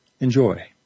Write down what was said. Enjoy